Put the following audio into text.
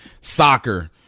soccer